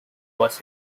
was